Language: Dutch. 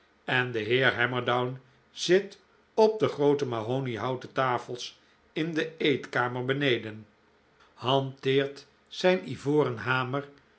en de heer hammerdown zit op de groote mahoniehouten tafels in de eetkamer beneden hanteert zijn ivoren hamer